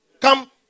Come